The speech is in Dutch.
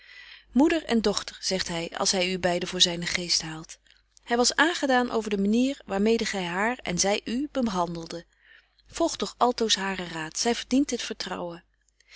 moeder en dochter zegt hy als hy u beide voor zynen geest haalt hy was aangedaan over de manier waar mede gy haar en zy u behandelde volg toch altoos haren raad zy verdient dit vertrouwen